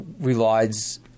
relies